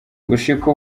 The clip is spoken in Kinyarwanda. gushika